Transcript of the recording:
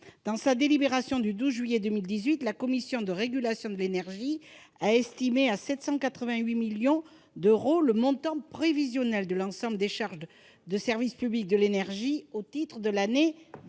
Dans sa délibération du 12 juillet 2018, la Commission de régulation de l'énergie a estimé à 7 788 millions d'euros le montant prévisionnel de l'ensemble des charges de service public de l'énergie au titre de l'année 2019.